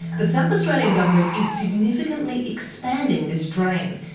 the south australian government is significantly expanding this drain,